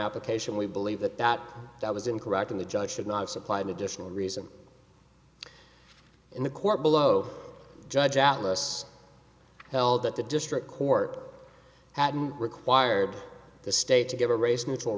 pplication we believe that that that was incorrect in the judge should not supply an additional reason in the court below judge atlas held that the district court had required the state to give a race neutral